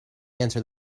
answer